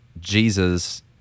Jesus